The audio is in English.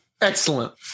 Excellent